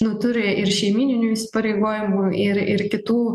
nu turi ir šeimyninių įsipareigojimų ir ir kitų